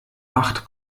acht